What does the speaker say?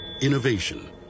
Innovation